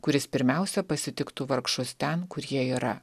kuris pirmiausia pasitiktų vargšus ten kur jie yra